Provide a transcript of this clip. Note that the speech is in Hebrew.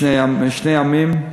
שני עמים.